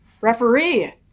referee